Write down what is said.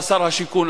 אתה שר השיכון,